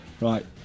right